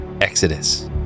Exodus